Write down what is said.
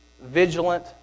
vigilant